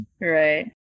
Right